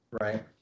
right